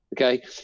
okay